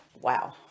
wow